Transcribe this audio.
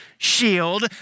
shield